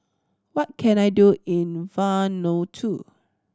what can I do in Vanuatu